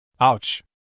Ouch